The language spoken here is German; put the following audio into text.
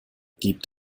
gibt